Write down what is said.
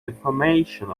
defamation